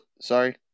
sorry